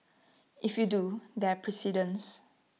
if you do there precedents